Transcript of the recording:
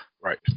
Right